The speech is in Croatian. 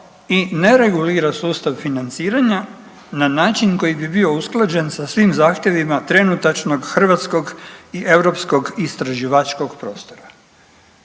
i ne regulira sustav financiranja na način koji bi bio usklađen sa svim zahtjevima trenutačnog hrvatskog i europskog istraživačkog prostora.